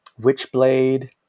Witchblade